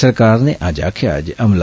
सरकार ने अज्ज आक्खेआ जे हमला